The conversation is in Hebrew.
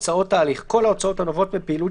"הוצאות ההליך" כל ההוצאות הנובעות מפעילות